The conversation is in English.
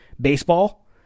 baseball